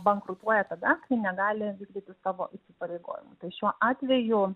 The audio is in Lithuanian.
bankrutuoja tada kai negali vykdyti savo įsipareigojimų tai šiuo atveju